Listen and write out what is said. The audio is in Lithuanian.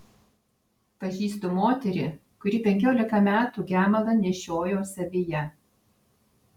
pažįstu moterį kuri penkiolika metų gemalą nešiojo savyje